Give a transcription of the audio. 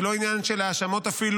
זה אפילו לא עניין של האשמות נקודתיות